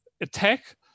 attack